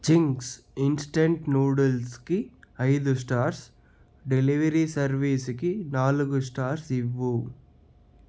Ching's instant నూడిల్స్కి ఐదు stars delivery సర్వీసుకి నాలుగు స్టార్స్ ఇవ్వు